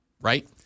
right